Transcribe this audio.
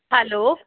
hello